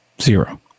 Zero